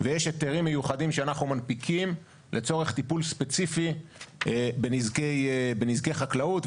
ויש היתרים מיוחדים שאנחנו מנפיקים לצורך טיפול ספציפי בנזקי חקלאות,